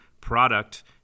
product